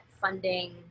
funding